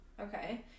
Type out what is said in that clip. okay